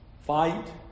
Fight